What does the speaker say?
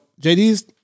JD's-